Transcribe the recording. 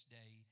day